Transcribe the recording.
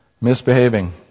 Misbehaving